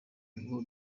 ngo